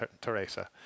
Teresa